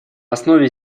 основе